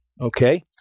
Okay